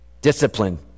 Discipline